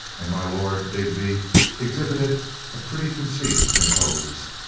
and my lord digby exhibited a pretty conceit in hose.